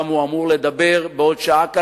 ושם הוא אמור לדבר, בעוד שעה קלה,